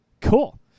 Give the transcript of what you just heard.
Cool